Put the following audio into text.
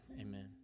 amen